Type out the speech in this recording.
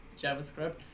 JavaScript